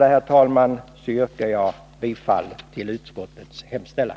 Med det anförda yrkar jag bifall till utskottets hemställan.